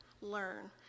learn